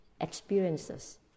experiences